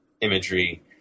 imagery